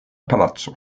palaco